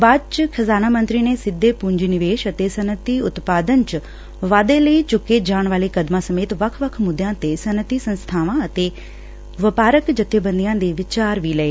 ਬਾਅਦ ਚ ਖ਼ਜਾਨਾ ਮੰਤਰੀ ਨੇ ਸਿੱਧੇ ਪੁੰਜੀ ਨਿਵੇਸ਼ ਅਤੇ ਸਨੱਅਤੀ ਉਤਪਾਦਨ ਚ ਵਾਧੇ ਲਈ ਚੁੱਕੇ ਜਾਣ ਵਾਲੇ ਕਦਮਾਂ ਸਮੇਤ ਵੱਖ ਵੱਖ ਮੁੱਦਿਆਂ ਤੇ ਸੱਨਅਤੀ ਸੰਸਬਾਵਾਂ ਅਤੇ ਵਪਾਰਕ ਜੱਬੇਬੰਦੀਆਂ ਦੇ ਵਿਚਾਰ ਵੀ ਲਏ